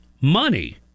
money